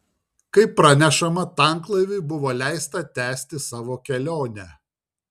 kaip pranešama tanklaiviui buvo leista tęsti savo kelionę